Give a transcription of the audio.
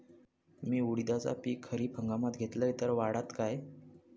मी उडीदाचा पीक खरीप हंगामात घेतलय तर वाढात काय?